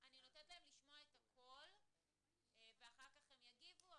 אני נותנת להם לשמוע את הכול ואחר כך הם יגיבו.